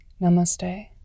Namaste